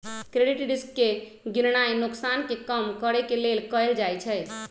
credit risk के गीणनाइ नोकसान के कम करेके लेल कएल जाइ छइ